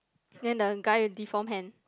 then the guy deform hand